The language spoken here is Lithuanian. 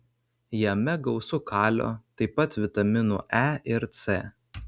jame gausu kalio taip pat vitaminų e ir c